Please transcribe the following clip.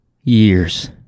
years